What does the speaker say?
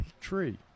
tree